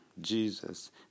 Jesus